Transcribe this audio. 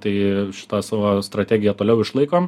tai šitą savo strategiją toliau išlaikom